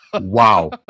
Wow